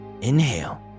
Inhale